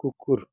कुकुर